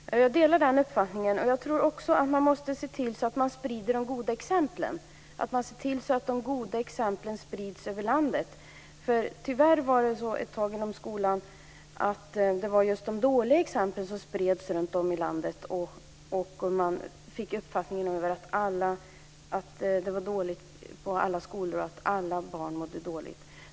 Fru talman! Jag delar den uppfattningen. Man måste också se till att de goda exemplen sprids över landet. När det gäller skolan spreds, tyvärr, ett tag de dåliga exemplen över landet, och man fick uppfattningen att alla barn på alla skolor mådde dåligt.